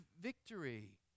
victory